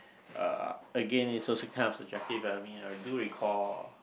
uh again it's also kind of subjective I mean I do recall uh